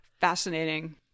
fascinating